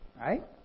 right